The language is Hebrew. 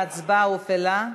ההצבעה הופעלה.